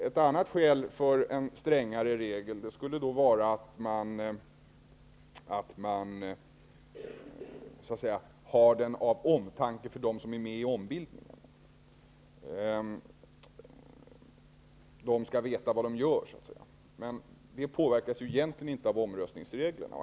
Ett annat skäl för en strängare regel skulle vara att man har den regeln av omtanke om dem som är med i ombildningen; de skall så att säga veta vad de gör. Men det påverkas egentligen inte av omröstningsreglerna.